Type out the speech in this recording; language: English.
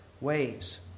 ways